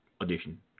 Audition